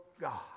God